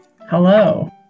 Hello